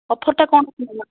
ଅଫରଟା କ'ଣ କହୁନାହାଁନ୍ତି